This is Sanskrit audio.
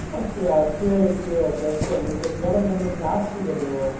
किम् अस्ति अद्य यद् दत्तं तद् जलं सम्यक् नास्ति खलु